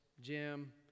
Jim